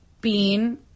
bean